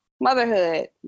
motherhood